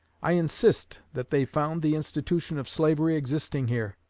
i insist that they found the institution of slavery existing here.